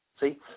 See